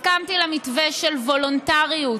הסכמתי למתווה של וולונטריות,